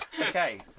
Okay